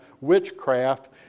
witchcraft